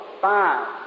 five